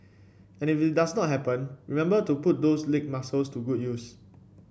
and if it does not happen remember to put those leg muscles to good use